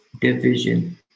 division